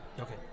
Okay